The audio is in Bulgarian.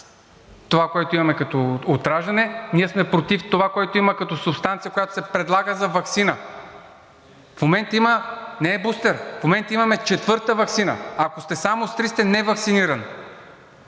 това, което имаме от раждане, ние сме против това, което има като субстанция, която се предлага за ваксина. В момента има не бустер, в момента имаме четвърта ваксина. Ако сте само с три, сте неваксиниран.